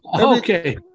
Okay